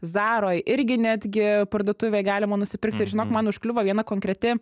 zaroj irgi netgi parduotuvėj galima nusipirkti ir žinok man užkliuvo viena konkreti